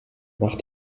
nach